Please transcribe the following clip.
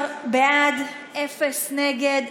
14 בעד, אפס נגד.